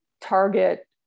target